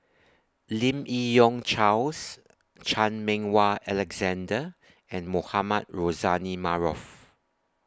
Lim Yi Yong Charles Chan Meng Wah Alexander and Mohamed Rozani Maarof